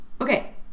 Okay